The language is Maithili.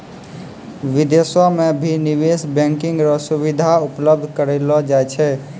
विदेशो म भी निवेश बैंकिंग र सुविधा उपलब्ध करयलो जाय छै